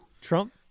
Trump